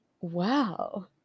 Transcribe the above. Wow